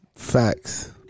Facts